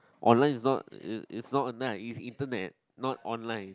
online is not is is not online is internet is not online